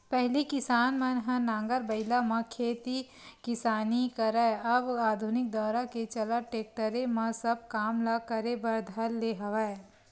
पहिली किसान मन ह नांगर बइला म खेत किसानी करय अब आधुनिक दौरा के चलत टेक्टरे म सब काम ल करे बर धर ले हवय